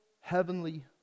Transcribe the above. heavenly